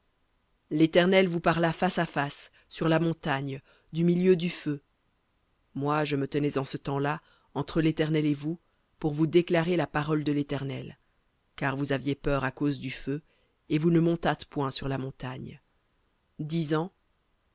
l'éternel vous parla face à face sur la montagne du milieu du feu moi je me tenais en ce temps-là entre l'éternel et vous pour vous déclarer la parole de l'éternel car vous aviez peur à cause du feu et vous ne montâtes point sur la montagne